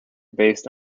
based